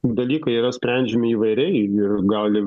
dalykai yra sprendžiami įvairiai ir gali